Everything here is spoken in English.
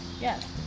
Yes